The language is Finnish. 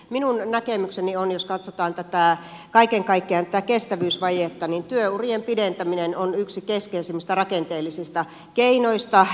minun näkemykseni on jos katsotaan kaiken kaikkiaan tätä kestävyysvajetta että työurien pidentäminen on yksi keskeisimmistä rakenteellisista keinoista